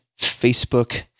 Facebook